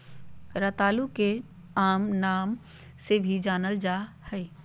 रतालू के आम नाम से भी जानल जाल जा हइ